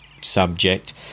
subject